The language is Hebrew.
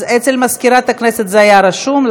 אצל מזכירת הכנסת זה היה רשום,